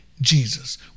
Jesus